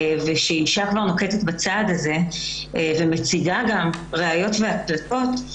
כשאישה כבר נוקטת בצעד הזה ומציגה גם ראיות והקלטות,